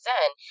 Zen